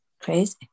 Crazy